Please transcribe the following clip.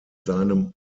seinem